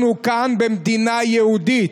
אנחנו כאן במדינה יהודית,